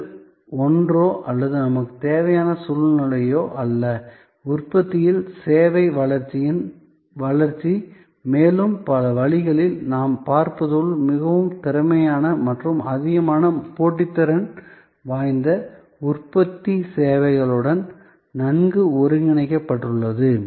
இது ஒன்றோ அல்லது நமக்குத் தேவையான சூழ்நிலையோ அல்ல உற்பத்தியில் சேவை வளர்ச்சியின் வளர்ச்சி மேலும் பல வழிகளில் நாம் பார்ப்பது போல் மிகவும் திறமையான மற்றும் அதிக போட்டித்திறன் வாய்ந்த உற்பத்தி சேவைகளுடன் நன்கு ஒருங்கிணைக்கப்பட்டுள்ளது